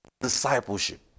discipleship